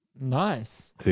nice